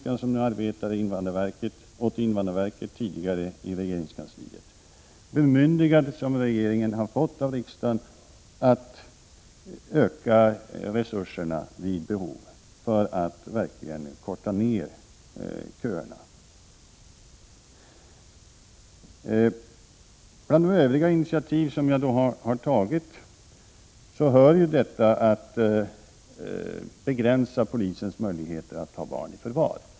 Vi har nu i invandrarverket en insatsstyrka, som tidigare arbetade åt regerings kansliet. Regeringen har också fått ett bemyndigande av riksdagen att vid behov öka resurserna för att verkligen kunna minska köerna. Till de övriga initiativ som jag har tagit hör begränsning av polisens möjligheter att ta barn i förvar.